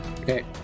Okay